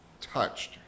touched